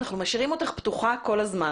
אנחנו משאירים אותך פתוחה כל הזמן